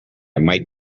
might